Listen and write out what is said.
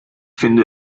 finde